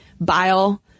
bile